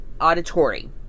auditory